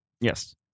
Yes